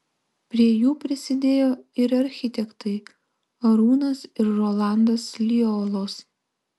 prie jų prisidėjo ir architektai arūnas ir rolandas liolos